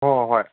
ꯍꯣꯏ ꯍꯣꯏ ꯍꯣꯏ